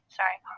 sorry